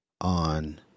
on